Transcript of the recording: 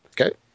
Okay